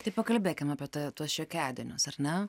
tai pakalbėkim apie ta tuos šiokiadienius ar ne